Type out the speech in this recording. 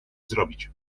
zrobić